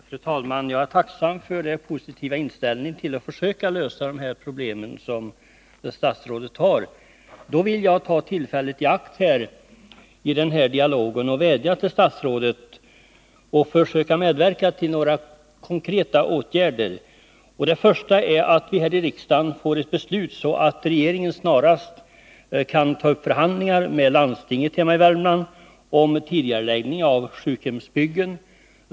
Fru talman! Jag är tacksam för den positiva inställning till att försöka lösa de här problemen som statsrådet har. Jag vill ta tillfället i akt att i den här dialogen vädja till statsrådet att han skall försöka medverka till några konkreta åtgärder. Det gäller för det första att få till stånd ett riksdagsbeslut så att regeringen snarast kan ta upp förhandlingar med landstinget i Värmland om tidigareläggning av sjukhemsbyggen.